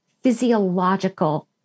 physiological